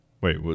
Wait